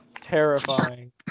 terrifying